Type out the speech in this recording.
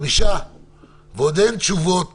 ועדיין אין תשובות